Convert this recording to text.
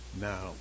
Now